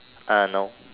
uh no